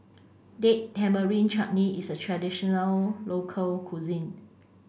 Date Tamarind Chutney is a traditional local cuisine